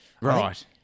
Right